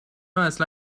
اصلا